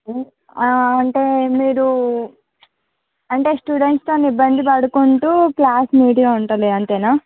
అంటే మీరు అంటే స్టూడెంట్స్తో ఇబ్బంది పడుకుంటు క్లాస్ నీట్గా ఉంటుంది అంతేన